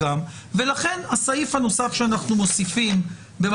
נהנינו ביחד ולכן שמים סעיף קטן (ג) האומר שעל אף האמור בסעיף קטן (א4),